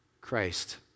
Christ